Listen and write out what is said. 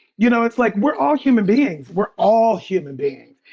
you know, it's like we're all human beings. we're all human beings.